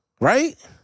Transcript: right